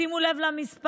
שימו לב למספר,